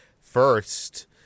first